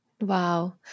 Wow